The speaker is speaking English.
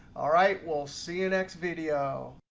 all right, we'll see you next video.